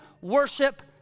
worship